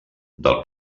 del